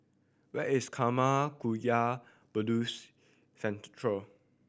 where is Karma Kagyud Buddhist Centre